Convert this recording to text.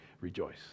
rejoice